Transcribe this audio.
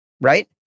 right